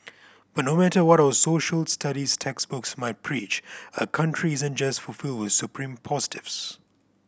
but no matter what our Social Studies textbooks might preach a country isn't just filled with supreme positives